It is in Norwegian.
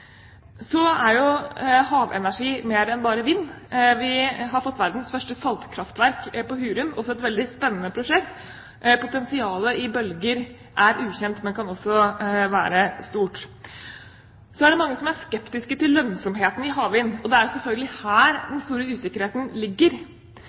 Så er havenergi mer enn bare vind. Vi har fått verdens første saltkraftverk på Hurum, også et veldig spennende prosjekt. Potensialet i bølger er ukjent, men kan også være stort. Det er mange som er skeptiske til lønnsomheten i havvind. Det er selvfølgelig her